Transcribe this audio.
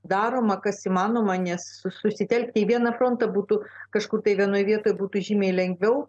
daroma kas įmanoma nes susitelkti į vieną frontą būtų kažkur tai vienoj vietoj būtų žymiai lengviau